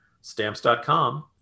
Stamps.com